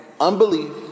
unbelief